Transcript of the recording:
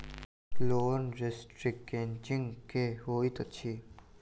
Loan restructuring की होइत अछि?